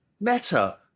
Meta